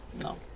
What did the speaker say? No